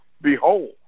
behold